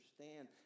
understand